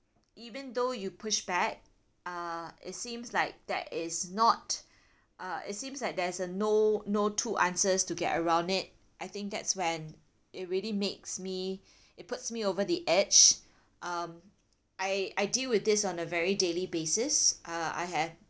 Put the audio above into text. even though you push back uh it seems like there is not uh it seems like there's a no no two answers to get around it I think that's when it really makes me it puts me over the edge um I I deal with this on a very daily basis uh I have